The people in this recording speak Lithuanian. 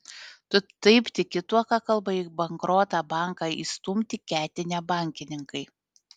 tu taip tiki tuo ką kalba į bankrotą banką įstumti ketinę bankininkai